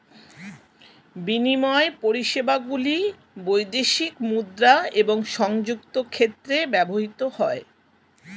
বিনিময় পরিষেবাগুলি বৈদেশিক মুদ্রা এবং সংযুক্ত ক্ষেত্রে ব্যবহৃত হয়